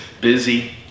busy